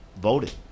voted